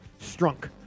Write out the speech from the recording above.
Strunk